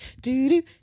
do-do